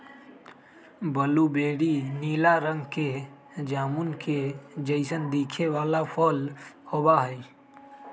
blueberry नीला रंग के जामुन के जैसन दिखे वाला फल होबा हई